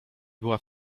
była